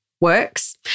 works